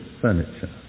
furniture